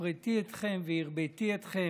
"והפריתי אֶתכם והרביתי אֶתכם,